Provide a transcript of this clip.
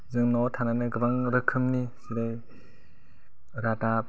जों न'आव थानानै गोबां रोखोमनि जेरै रादाब